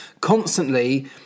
constantly